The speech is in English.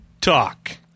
talk